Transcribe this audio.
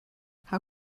how